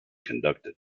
conducted